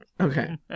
Okay